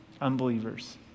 Unbelievers